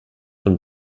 von